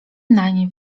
nań